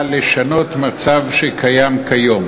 מצב שקיים כיום.